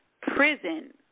prison